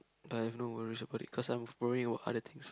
I have no worries about it cause I worrying about other things